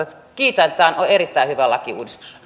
kiitän tämä on erittäin hyvä lakiuudistus